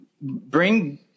bring